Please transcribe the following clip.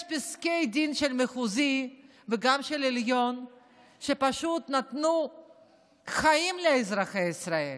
יש פסקי דין של המחוזי וגם של העליון שפשוט נתנו חיים לאזרחי ישראל